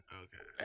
okay